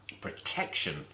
protection